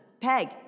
peg